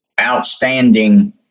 outstanding